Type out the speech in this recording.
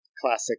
classic